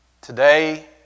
Today